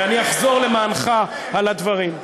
ואני אחזור למענך על הדברים.